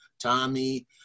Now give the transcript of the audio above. Tommy